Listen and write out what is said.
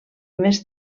més